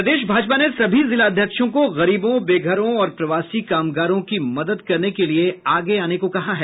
प्रदेश भाजपा ने सभी जिलाध्यक्षों को गरीबों बेघरों और प्रवासी कामगारों की मदद करने के लिये आगे आने को कहा है